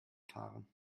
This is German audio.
fahren